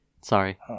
Sorry